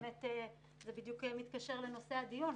זה בדיוק מתקשר לנושא הדיון.